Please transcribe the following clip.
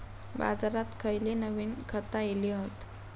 बाजारात खयली नवीन खता इली हत?